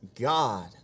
God